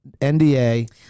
NDA